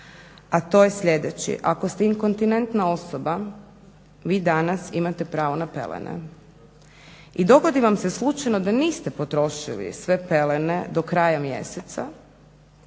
a to je sljedeći: ako ste inkontinentna osoba vi danas imate pravo na pelene. I dogodi vam se slučajno da niste potrošili sve pelene do kraja mjeseca,